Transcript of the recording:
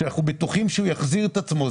שאנחנו בטוחים שהוא יחזיר את עצמו.